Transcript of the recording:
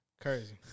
Crazy